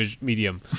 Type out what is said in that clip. medium